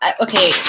okay